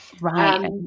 Right